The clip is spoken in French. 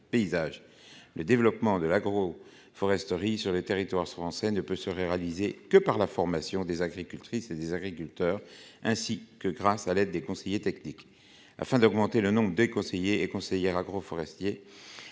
le développement de l'agro-foresterie sur les territoires français ne peut se réaliser que par la formation des agricultrices et des agriculteurs ainsi que grâce à l'aide des conseillers techniques afin d'augmenter le nombre des conseillers et conseillères agro- forestier